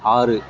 ஆறு